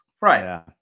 Right